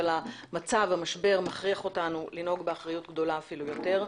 אבל המשבר הנוכחי מכריח אותנו לנהוג באחריות גדולה אפילו יותר.